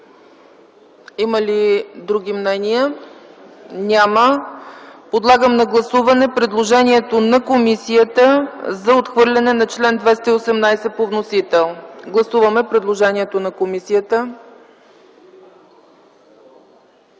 Има ли други мнения? Няма. Подлагам на гласуване предложението на комисията за отхвърляне на чл. 218 по вносител. Гласували 90 народни